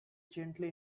gently